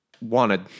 wanted